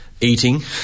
eating